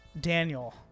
Daniel